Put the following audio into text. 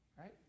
right